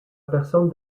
personne